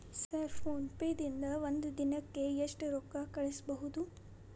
Sir PhonePe ದಿಂದ ಒಂದು ದಿನಕ್ಕೆ ಎಷ್ಟು ರೊಕ್ಕಾ ಕಳಿಸಬಹುದು?